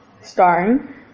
starring